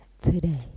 today